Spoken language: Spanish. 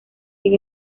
sin